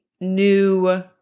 new